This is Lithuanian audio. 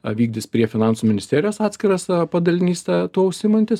vykdys prie finansų ministerijos atskiras padalinys tą tuo užsiimantis